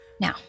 Now